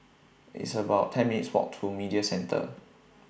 It's about ten minutes' Walk to Media Center